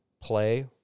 play